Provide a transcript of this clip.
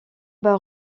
bas